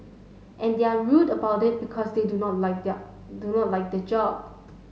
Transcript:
and they're rude about it because they do not like their do not like the job